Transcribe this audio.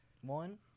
one